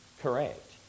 correct